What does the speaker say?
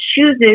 chooses